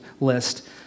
list